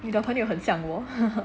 你的朋友很像我